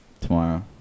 Tomorrow